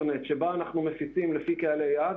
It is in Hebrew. נט" שבה אנחנו מפיצים לפי קהלי יעד,